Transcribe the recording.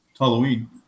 Halloween